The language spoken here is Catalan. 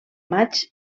maig